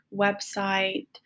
website